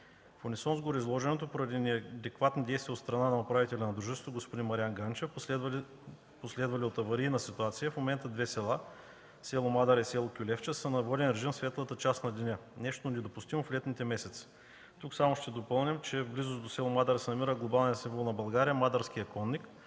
В унисон с гореизложеното поради неадекватни действия от страна на управителя на дружеството господин Мариан Ганчев, последвали от аварийна ситуация, в момента две села – с. Мадара и с. Кюлевча, са на воден режим в светлата част на деня – нещо, което е недопустимо в летните месеци. Тук само ще допълним, че близо до с. Мадара се намира глобалният символ на България „Мадарският конник“,